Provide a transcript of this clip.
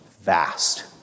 vast